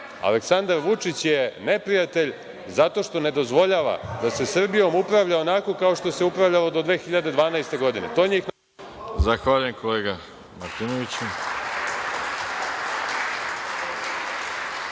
Aleksandar Vučić je neprijatelj zato što ne dozvoljava da se Srbijom upravlja onako kao što se upravljalo do 2012. godine. **Veroljub Arsić**